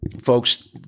folks